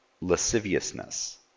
Lasciviousness